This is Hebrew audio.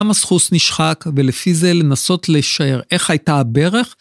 גם הסכוס נשחק ולפי זה לנסות להישאר איך הייתה הברך.